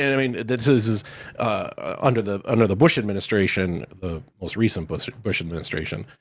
i mean, this is is under the under the bush administration, the most recent bush bush administration,